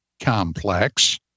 complex